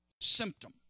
symptom